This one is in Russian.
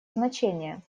значение